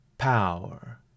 Power